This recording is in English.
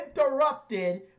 interrupted